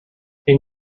can